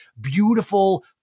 beautiful